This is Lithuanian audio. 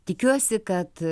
tikiuosi kad